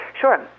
Sure